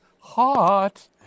hot